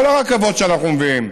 כל הרכבות שאנחנו מביאים,